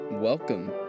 Welcome